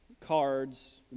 Cards